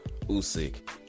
Usyk